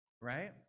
right